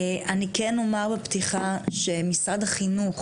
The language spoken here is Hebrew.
אני כן אומר בפתיחה שמשרד החינוך